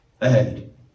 ahead